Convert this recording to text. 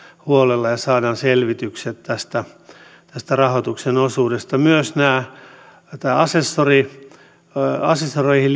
huolella ja saadaan selvitykset rahoituksen osuudesta myöskään tämä asessoreihin